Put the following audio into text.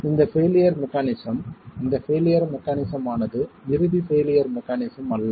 எனவே இந்த failure mechanism இந்த பெயிலியர் மெக்கானிஸம் ஆனது இறுதி பெயிலியர் மெக்கானிஸம் அல்ல